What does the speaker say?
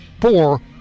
four